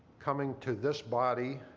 coming to this body